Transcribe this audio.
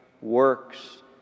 works